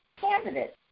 candidates